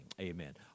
amen